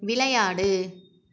விளையாடு